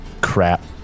Crap